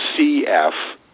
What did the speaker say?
CF